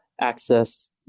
access